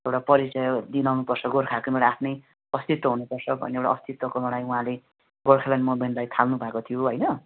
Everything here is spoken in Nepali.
एउटा परिचय दिलाउनु पर्छ गोर्खाको एउटा आफ्नै अस्तित्व हुनु पर्छ भन्ने एउटा अस्तित्वको लडाइँ उहाँले गोर्खाल्यान्ड मुभमेन्टलाई थाल्नु भएको थियो होइन